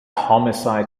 homicide